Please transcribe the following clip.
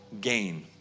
gain